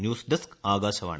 news desk Akashvani